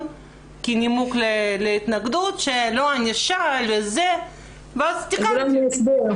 כנימוק להתנגדות שלא ענישה אלא -- -ואז תיקנתי.